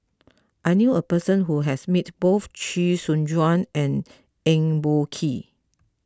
I knew a person who has met both Chee Soon Juan and Eng Boh Kee